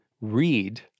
read